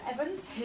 Evans